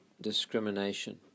discrimination